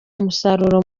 umusaruro